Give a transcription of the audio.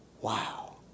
Wow